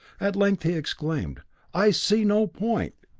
at length he exclaimed i see no point